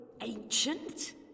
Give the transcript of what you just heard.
ancient